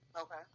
Okay